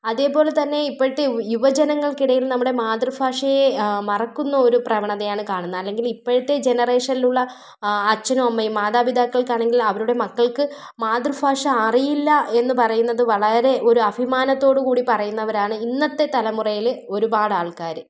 അതേപോലെ തന്നെ ഇപ്പോഴത്തെ യുവജനങ്ങൾക്കിടയിൽ നമ്മുടെ മാതൃഫാഷയെ മറക്കുന്ന ഒരു പ്രവണതയാണ് കാണുന്നത് അല്ലെങ്കിൽ ഇപ്പോഴത്തെ ജനറേഷനിലുള്ള അച്ഛനും അമ്മയും മാതാപിതാക്കൾക്കാണെങ്കിൽ അവരുടെ മക്കൾക്ക് മാതൃഫാഷ അറിയില്ല എന്ന് പറയുന്നത് വളരെ ഒരു അഫിമാനത്തോടുകൂടി പറയുന്നവരാണ് ഇന്നത്തെ തലമുറയിൽ ഒരുപാട് ആൾക്കാർ